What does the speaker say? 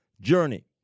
journey